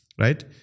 right